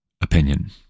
opinion